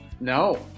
No